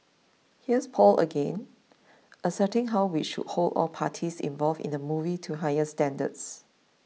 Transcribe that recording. here's Paul again asserting how we should hold all the parties involved in the movie to higher standards